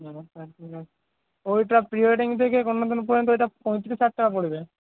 ওইটা pre wedding থেকে কন্যাদান পর্যন্ত ওইটা পঁইতিরিশ হাজার টাকা পড়বে